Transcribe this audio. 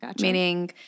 Meaning